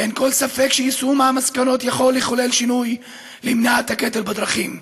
אין כל ספק שיישום המסקנות יכול לחולל שינוי למניעת הקטל בדרכים.